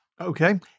Okay